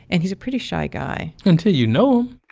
and he's a pretty shy guy until you know